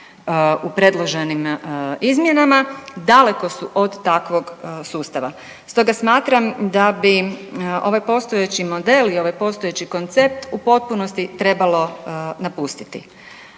u predloženim izmjenama daleko su od takvog sustava. Stoga smatram da bi ovaj postojeći model i ovaj postojeći koncept u potpunosti trebalo napustiti.